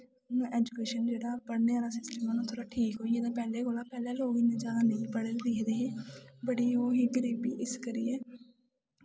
इ'यां ऐजुकेशन जेह्ड़ा पढ़ने आह्ला सिस्टम थोह्ड़ा हून ठीक होई गेदा पैह्लें कोला पैह्लें लोग इन्ने जादा नेंईं पढ़े लिखे दे हे बड़ी एह् ही गरीबी इस करियै